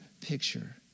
picture